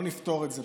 לא נפתור את זה פה.